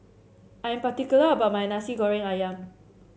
I am particular about my Nasi Goreng ayam